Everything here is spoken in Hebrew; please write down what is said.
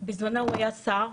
בזמנו היה שר,